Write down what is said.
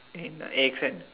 eight nine accent